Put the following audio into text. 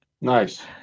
nice